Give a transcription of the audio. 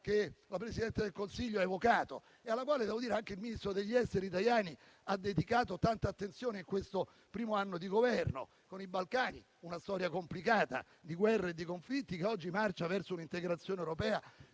che la Presidente del Consiglio ha evocato e alla quale devo dire anche il ministro degli esteri Tajani ha dedicato tanta attenzione in questo primo anno di Governo. Con i Balcani c'è una storia complicata di guerra e di conflitti che oggi marcia verso un'integrazione europea